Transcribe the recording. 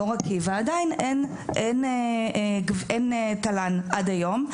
אור עקיבא עדיין אין תל"ן עד היום.